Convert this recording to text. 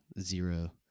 zero